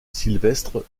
sylvestre